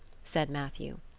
said matthew.